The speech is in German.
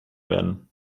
werden